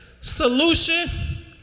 Solution